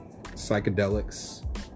psychedelics